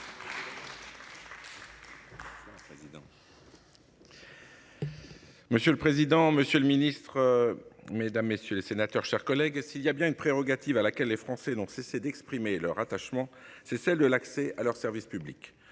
Monsieur le président, Monsieur le Ministre. Mesdames, messieurs les sénateurs, chers collègues. Et s'il y a bien une prérogative à laquelle les Français n'ont cessé d'exprimer leur attachement, c'est celle de l'accès à leurs services publics.